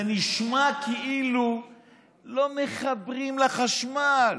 זה נשמע כאילו לא מחברים לחשמל,